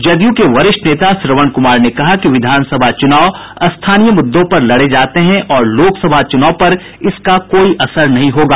जनता Dal United के वरिष्ठ नेता श्रवण कुमार ने कहा कि विधानसभा चुनाव स्थानीय मुद्दों पर लड़े जाते हैं और लोकसभा चूनाव इसका कोई असर नहीं होगा